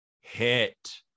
hit